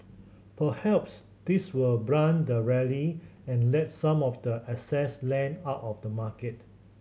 perhaps this will blunt the rally and let some of the excess length out of the market